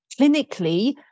clinically